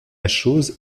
chose